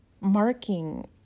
marking